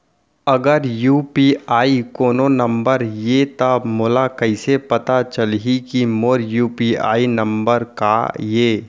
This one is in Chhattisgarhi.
अगर यू.पी.आई कोनो नंबर ये त मोला कइसे पता चलही कि मोर यू.पी.आई नंबर का ये?